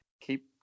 keep